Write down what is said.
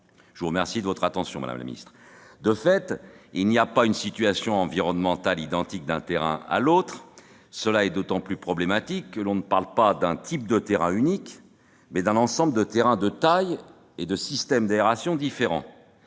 les voies respiratoires. De fait, il n'existe pas une situation environnementale identique d'un terrain à l'autre. C'est d'autant plus problématique que l'on parle non pas d'un type de terrain unique, mais d'un ensemble de terrains de tailles et de systèmes d'aération différents.